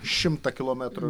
šimtą kilometrų